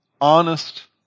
honest